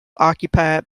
occupied